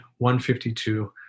152